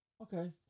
Okay